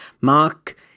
Mark